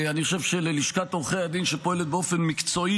אני חושב שללשכת עורכי דין שפועלת באופן מקצועי,